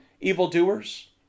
evildoers